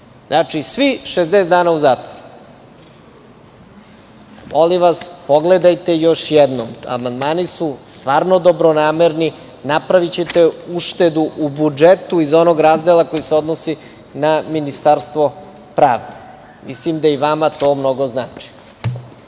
Znači, svih 60 dana u zatvoru. Molim vas, pogledajte još jednom. Amandmani su stvarno dobronamerni. Napravićete uštedu u budžetu iz onoga razdela koji se odnosi na Ministarstvo pravde. Mislim da će vam to mnogo značiti.